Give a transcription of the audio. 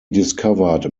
discovered